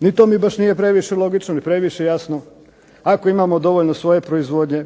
Ni to mi baš nije previše logično, ni previše jasno. Ako imamo dovoljno svoje proizvodnje